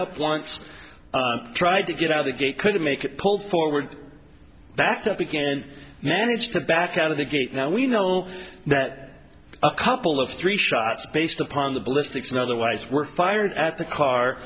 up once tried to get out the gate couldn't make it pulled forward backed up again managed to back out of the gate now we know that a couple of three shots based upon the ballistics and otherwise were fired at the car